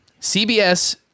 CBS